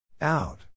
Out